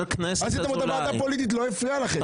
עשיתם את הוועדה פוליטית ולא הפריע לכם.